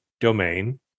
domain